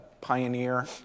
pioneer